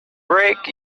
break